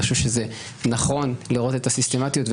זה נכון לראות את הסיסטמתיות.